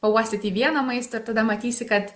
pauostyti vieno maisto ir tada matysi kad